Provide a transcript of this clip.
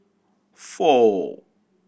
four